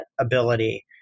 ability